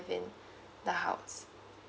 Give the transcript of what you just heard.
in the house